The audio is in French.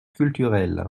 culturelle